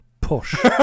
Push